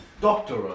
Doctor